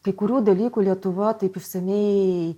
kai kurių dalykų lietuva taip išsamiai